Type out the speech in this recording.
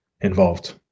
involved